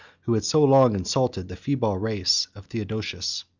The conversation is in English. who had so long insulted the feeble race of theodosius.